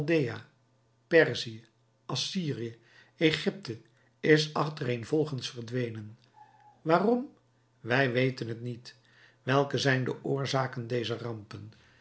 perzië assyrië egypte is achtereenvolgens verdwenen waarom wij weten t niet welke zijn de oorzaken dezer rampen